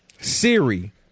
Siri